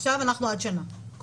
עכשיו אנחנו עד שנה כולם.